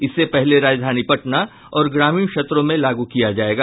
इसे पहले राजधानी पटना और ग्रामीण क्षेत्रों में लागू किया जायेगा